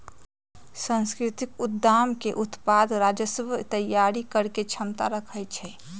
सांस्कृतिक उद्यम के उत्पाद राजस्व तइयारी करेके क्षमता रखइ छै